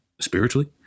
spiritually